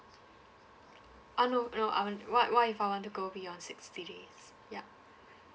uh no no I want what what if I want to go beyond sixty days ya